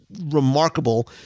remarkable